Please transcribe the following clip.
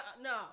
no